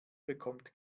bekommt